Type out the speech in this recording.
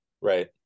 Right